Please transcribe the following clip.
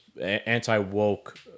Anti-woke